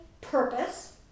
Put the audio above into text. purpose